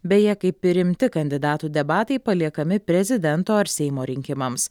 beje kaip ir rimti kandidatų debatai paliekami prezidento ar seimo rinkimams